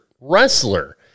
wrestler